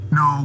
no